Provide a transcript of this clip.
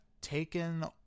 taken